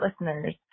listeners